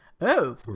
Oh